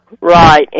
right